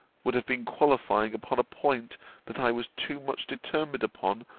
would have been qualifying upon a point that i was too much determined upon,